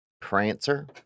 Prancer